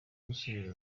gusubiza